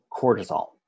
cortisol